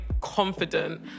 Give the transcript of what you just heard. confident